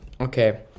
Okay